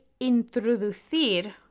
introducir